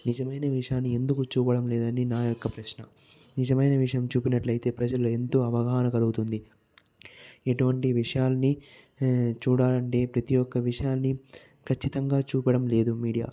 నిజమైన విషయాన్ని ఎందుకు చూపడం లేదని నా యొక్క ప్రశ్న నిజమైన విషయం చూపినట్లయితే ప్రజల్లో ఎంతో అవగాహన కలుగుతుంది ఎటువంటి విషయాలని చూడాలంటే ప్రతి ఒక్క విషయాన్ని ఖచ్చితంగా చూపడం లేదు మీడియా